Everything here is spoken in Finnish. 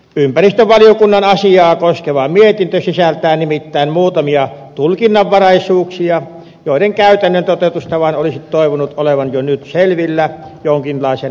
ympäristövaliokunnan asiaa koskeva mietintö sisältää nimittäin muutamia tulkinnanvaraisuuksia joiden käytännön toteutustavan olisi toivonut olevan jo nyt selvillä jonkinlaisen asetusluonnoksen muodossa